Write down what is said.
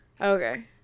Okay